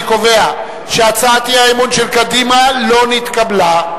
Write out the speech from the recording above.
אני קובע שהצעת האי-אמון של קדימה לא נתקבלה.